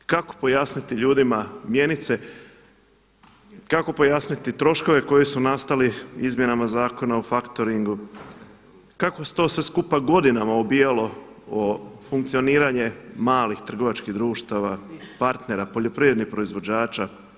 I kako pojasniti ljudima mjenice, kako pojasniti troškove koji su nastali izmjenama Zakona o faktoringu, kako se to sve skupa godinama obijalo o funkcioniranje malih trgovačkih društava, partnera, poljoprivrednih proizvođača.